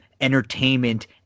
entertainment